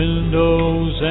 Windows